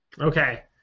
Okay